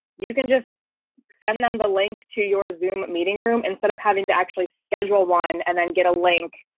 you can just send them the link to your zoom meeting room instead of having to actually schedule row one and then get a link.